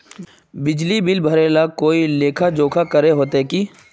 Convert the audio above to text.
बिजली बिल भरे ले कोई लेखा जोखा करे होते की?